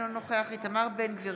אינו נוכח איתמר בן גביר,